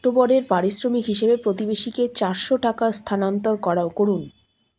অক্টোবরের পারিশ্রমিক হিসেবে প্রতিবেশীকে চারশো টাকা স্থানান্তর করুন